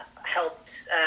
helped